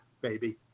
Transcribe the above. baby